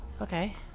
Okay